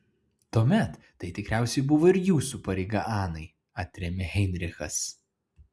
tuomet tai tikriausiai buvo ir jūsų pareiga anai atrėmė heinrichas